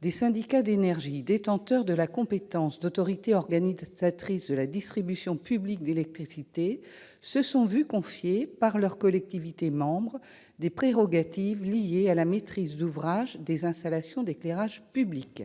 des syndicats d'énergie détenteurs de la compétence d'autorité organisatrice de la distribution publique d'électricité se sont vu confier par leurs collectivités membres des prérogatives liées à la maîtrise d'ouvrage des installations d'éclairage public.